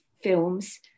films